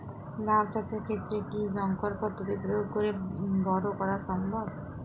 লাও চাষের ক্ষেত্রে কি সংকর পদ্ধতি প্রয়োগ করে বরো করা সম্ভব?